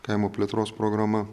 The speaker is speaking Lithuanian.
kaimo plėtros programa